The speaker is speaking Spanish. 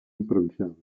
improvisado